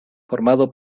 formado